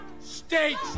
states